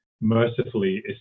mercifully